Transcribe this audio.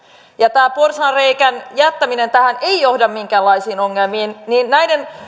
ja tämän porsaanreiän jättäminen tähän ei johda minkäänlaisiin ongelmiin niin näiden